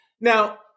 now